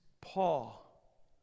Paul